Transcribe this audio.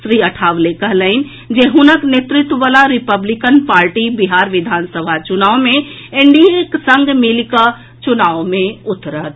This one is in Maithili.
श्री अठावले कहलनि जे हुनक नेतृत्व वला रिपब्लिकन पार्टी बिहार विधानसभा चुनाव मे एनडीएक संग मिलिकऽ चुनाव मे उतरत